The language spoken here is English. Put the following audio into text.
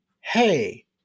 hey